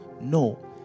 No